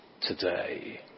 today